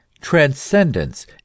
transcendence